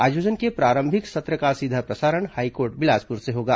आयोजन के प्रारंभिक सत्र का सीधा प्रसारण हाईकोर्ट बिलासपुर से होगा